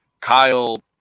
Kyle